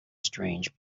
strange